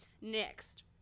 Next